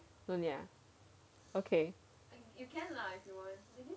no need ah okay